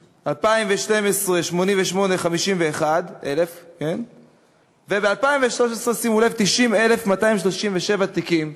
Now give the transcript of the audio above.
ב-2012, 88,051, וב-2013, שימו לב, 90,237 תיקים.